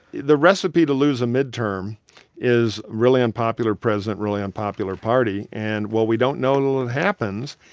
the recipe to lose a midterm is really unpopular president, really unpopular party. and while we don't know it'll and happens,